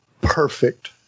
perfect